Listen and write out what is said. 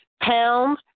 pound